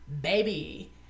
baby